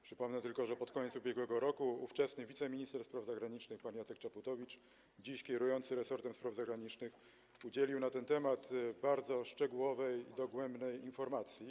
Przypomnę tylko, że pod koniec ubiegłego roku ówczesny wiceminister spraw zagranicznych pan Jacek Czaputowicz, dziś kierujący resortem spraw zagranicznych, udzielił na ten temat bardzo szczegółowej, dogłębnej informacji.